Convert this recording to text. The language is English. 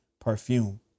perfume